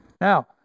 Now